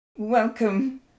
Welcome